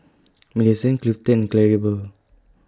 Millicent Clifton and Claribel